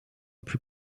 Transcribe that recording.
plus